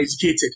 educated